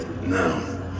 no